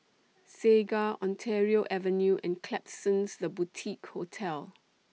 Segar Ontario Avenue and Klapsons The Boutique Hotel